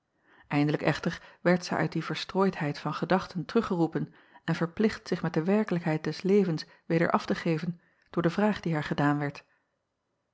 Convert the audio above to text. indelijk echter werd zij uit die verstrooidheid van gedachten teruggeroepen en verplicht zich met de werkelijkheid des levens weder af te geven door de vraag die haar gedaan werd